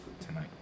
tonight